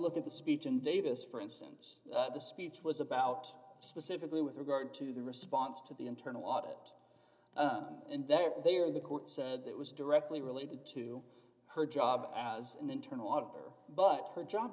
look at the speech in davis for instance the speech was about specifically with regard to the response to the internal audit and there they are the court said that was directly related to her job as an internal water but her job